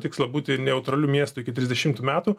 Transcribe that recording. tikslą būti neutraliu miestu iki trisdešimtų metų